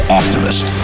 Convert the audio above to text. activist